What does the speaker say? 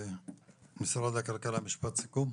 משרד הכלכלה, משפט סיכום.